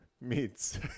meets